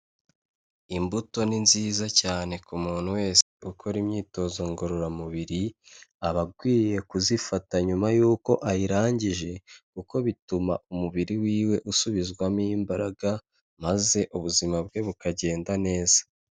Imbuto ni nziza cyane ku muntu wese ukora imyitozo ngororamubiri aba akwiye kuzifata nyuma yuko ayirangije kuko bituma umubiri wiwe usubizwamo imbaraga maze ubuzima bwe bukagenda neza.